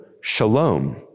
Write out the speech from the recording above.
shalom